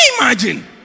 imagine